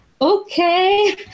okay